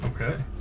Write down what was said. Okay